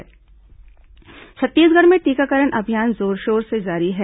Covid टीकाकरण छत्तीसगढ़ में टीकाकरण अभियान जोरशोर से जारी है